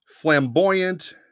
flamboyant